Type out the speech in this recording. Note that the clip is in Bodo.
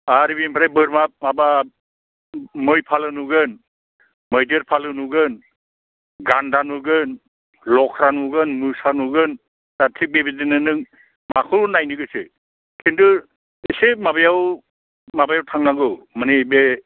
आरो बेनिफ्राय बोरमा माबा मै फालो नुगोन मैदेर फालो नुगोन गान्दा नुगोन लख्रा नुगोन मोसा नुगोन दा थिग बेबायदिनो नों माखौ नायनो गोसो किन्थु एसे माबायाव थांनांगौ माने बे